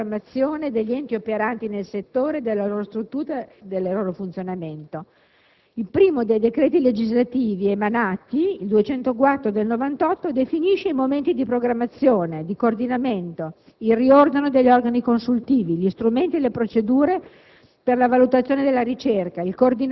al «Riordino, secondo criteri di programmazione, degli enti operanti nel settore, della loro struttura, del loro funzionamento». Il primo dei decreti legislativi emanati - il decreto legislativo n. 204 del 1998 - definisce i momenti di programmazione, di coordinamento, il riordino degli organi consultivi, gli strumenti e le procedure